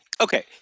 Okay